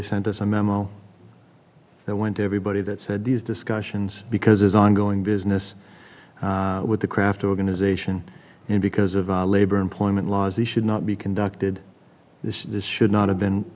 he sent us a memo that went to everybody that said these discussions because there's ongoing business with the craft organization and because of labor employment laws they should not be conducted this is should not have been